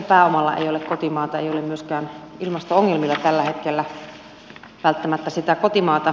pääomalla ei ole kotimaata ei ole myöskään ilmasto ongelmilla tällä hetkellä välttämättä sitä kotimaata